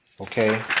okay